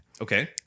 Okay